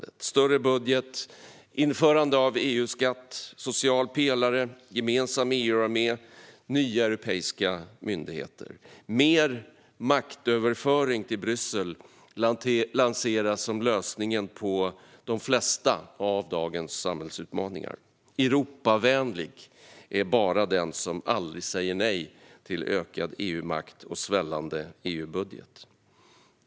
Det innebär en större budget, införande av EU-skatt, social pelare, gemensam EU-armé och nya europeiska myndigheter. Mer maktöverföring till Bryssel lanseras som lösningen på de flesta av dagens samhällsutmaningar. Europavänlig är bara den som aldrig säger nej till ökad EU-makt och svällande EU-budget.